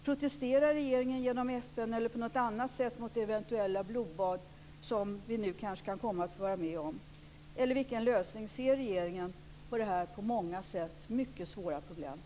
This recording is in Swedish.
Protesterar regeringen genom FN eller på något annat sätt mot de eventuella blodbad som vi nu kanske kommer att få bevittna? Eller vilken lösning ser regeringen på det här på många sätt mycket svåra problemet?